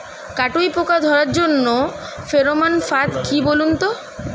কাটুই পোকা ধরার জন্য ফেরোমন ফাদ কি বলুন তো?